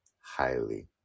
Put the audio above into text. highly